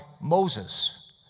Moses